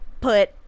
put